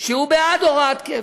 שהוא בעד הוראת קבע.